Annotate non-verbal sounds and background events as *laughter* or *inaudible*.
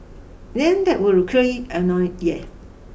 name that will *unintelligible* annoy yeah